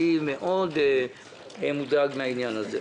אני מאוד מודאג מהעניין הזה.